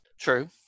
True